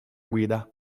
guida